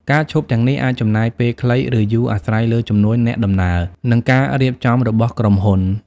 ការឈប់ទាំងនេះអាចចំណាយពេលខ្លី ឬយូរ អាស្រ័យលើចំនួនអ្នកដំណើរ និងការរៀបចំរបស់ក្រុមហ៊ុន។